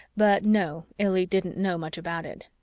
but no, illy didn't know much about it.